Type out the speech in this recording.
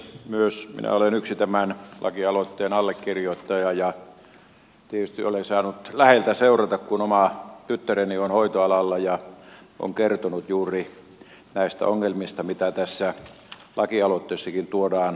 myös minä olen yksi tämän lakialoitteen allekirjoittaja ja tietysti olen saanut läheltä seurata kun oma tyttäreni on hoitoalalla ja on kertonut juuri näistä ongelmista mitä tässä lakialoitteessakin tuodaan julki